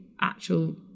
actual